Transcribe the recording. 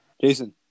Jason